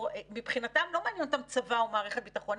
מבחינתם לא מעניין אותם צבא או מערכת ביטחון,